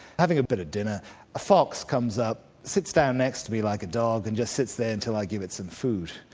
having a bit of dinner a fox comes up, sits down next to me like a dog and just sits there until i give it some food.